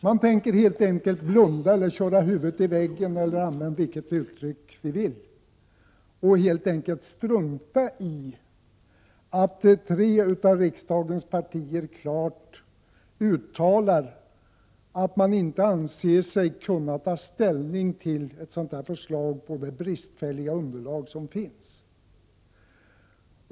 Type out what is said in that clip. Man tänker helt enkelt blunda, köra huvudet i väggen — använd vilket uttryck ni vill — och strunta i att tre av riksdagens partier klart uttalar att man inte anser sig kunna ta ställning till ett sådant här förslag på grund av det bristfälliga underlag som finns.